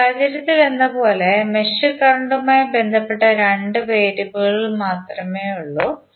ഈ സാഹചര്യത്തിലെന്നപോലെ മെഷ് കറന്റുമായി ബന്ധപ്പെട്ട 2 വേരിയബിളുകൾ മാത്രമേയുള്ളൂ